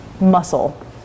muscle